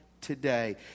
today